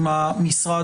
עם המשרד,